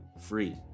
free